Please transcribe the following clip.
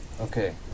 Okay